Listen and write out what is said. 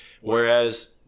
Whereas